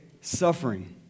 suffering